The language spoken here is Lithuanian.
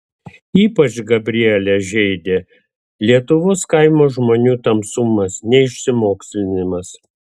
ypač gabrielę žeidė lietuvos kaimo žmonių tamsumas neišsimokslinimas